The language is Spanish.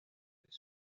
entre